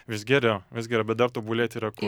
vis geriau vis geriau bet dar tobulėti yra kur